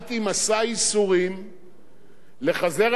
לחזר על הפתחים של דלתות שרי אוצר בעולם